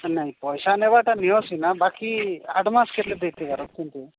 ନାଇଁ ପଇସା ନେବାଟା ନିଅ ସିନା ବାକି ଆଡଭାନ୍ସ କେତେ ଦେଇଥିବାର କେମିତି